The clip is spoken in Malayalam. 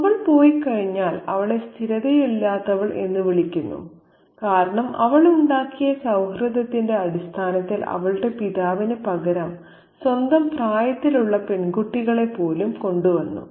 അവൾ പോയിക്കഴിഞ്ഞാൽ അവളെ സ്ഥിരതയില്ലാത്തവൾ എന്ന് വിളിക്കുന്നു കാരണം അവൾ ഉണ്ടാക്കിയ സൌഹൃദത്തിന്റെ അടിസ്ഥാനത്തിൽ അവളുടെ പിതാവിന് പകരം സ്വന്തം പ്രായത്തിലുള്ള പെൺകുട്ടികളെപ്പോലും കൊണ്ടുവന്നു